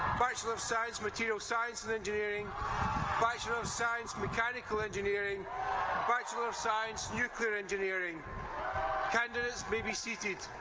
bachelor of science-materials science and engineering bachelor of science-mechanical engineering bachelor of science-nuclear engineering candidates may be seated.